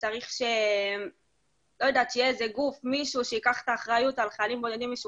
אבל בראש ובראשונה מדובר פה בחייל שיש לו